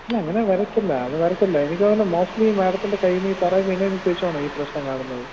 ഇല്ല അങ്ങനെ വരത്തില്ല അത് വരത്തില്ല എനിക്ക് തോന്നുന്നു മോസ്റ്റ്ലി മാഡത്തിൻ്റെ കയ്യിൽനിന്ന് ഈ തറയിൽ വീണതിന് ശേഷമാണ് ഈ പ്രശ്നം കാണുന്നത്